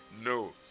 No